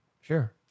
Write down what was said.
Sure